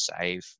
save